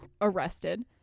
arrested